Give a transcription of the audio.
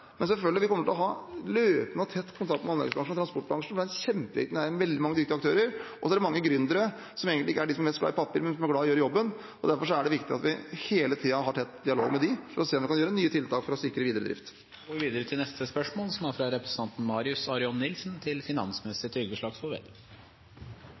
Men vi kommer selvfølgelig til å ha løpende og tett kontakt med anleggs- og transportbransjen. Det er en kjempeviktig næring med veldig mange dyktige aktører og mange gründere, som egentlig ikke er de som er mest glad i papirer, men som er glad i å gjøre jobben. Derfor er det viktig at vi hele tiden har tett dialog med dem for å se om man kan gjøre nye tiltak for å sikre videre drift. «Regjeringsmedlemmer har ved flere tilfeller uttrykt frykt for at en eventuell makspris på strøm på 50 øre/kWt ikke vil gi folk insentiv til